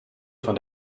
von